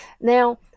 Now